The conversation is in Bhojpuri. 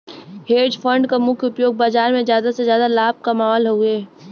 हेज फण्ड क मुख्य उपयोग बाजार में जादा से जादा लाभ कमावल हउवे